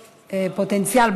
פוטנציאל,